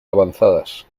avanzadas